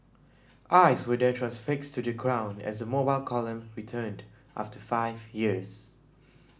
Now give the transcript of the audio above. eyes were then transfixed to the ground as the Mobile Column returned after five years